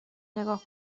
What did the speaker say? نگاه